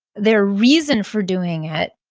their reason for doing it,